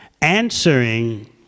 answering